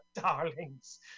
darlings